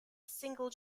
single